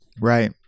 Right